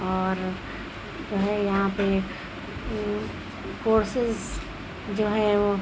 اور جو ہے یہاں پہ کورسز جو ہیں وہ